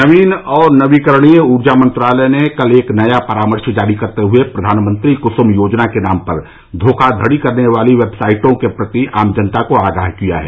नवीन और नवीकरणीय ऊर्जा मंत्रालय ने कल एक नया परामर्श जारी करते हुए प्रधानमंत्री कुसुम योजना के नाम पर धोखाधड़ी करने वाली वेबसाइटों के प्रति आम जनता को आगाह किया है